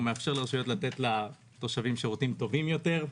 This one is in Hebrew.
מאפשר לרשויות לתת לתושבים שירותים טובים יותר.